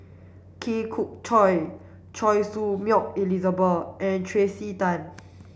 Khoon Choy Choy Su Moi Elizabeth and Tracey Tan